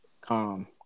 calm